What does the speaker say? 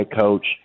coach